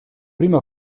prima